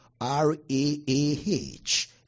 R-A-A-H